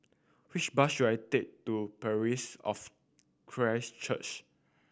which bus should I take to Parish of Christ Church